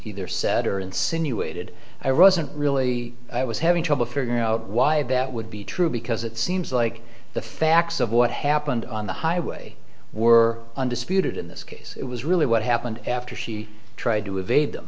or insinuated i wasn't really i was having trouble figuring out why that would be true because it seems like the facts of what happened on the highway were undisputed in this case it was really what happened after she tried to evade them